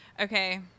Okay